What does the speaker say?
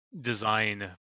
design